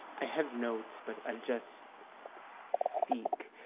i have notes but i just speak.